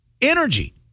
energy